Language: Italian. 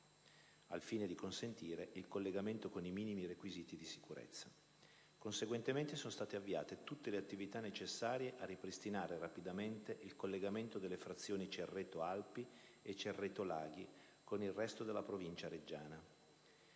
al fine di consentire il collegamento con i minimi requisiti di sicurezza. Conseguentemente, sono state avviate tutte le attività necessarie a ripristinare rapidamente il collegamento delle frazioni Cerreto Alpi e Cerreto Laghi con il resto della provincia reggiana.